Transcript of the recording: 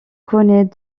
connaît